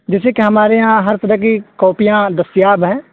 جیسے کہ ہمارے یہاں ہر طرح کی کاپیاں دستیاب ہیں